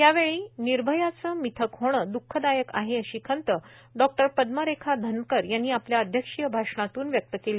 यावेळी निर्भयाचं मिथक होणं द्खःदायक आहे अशी खंत डॉ पद्मरेखा धनकर यांनी आपल्या अध्यक्ष भाषणातून व्यक्त केले